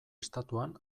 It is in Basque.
estatuan